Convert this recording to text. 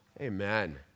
Amen